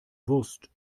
wurst